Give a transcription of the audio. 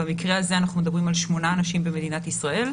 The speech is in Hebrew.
במקרה הזה אנחנו מדברים על שמונה אנשים במדינת ישראל,